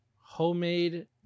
homemade